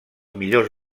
millors